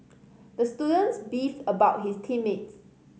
the students beefed about his team mates